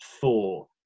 four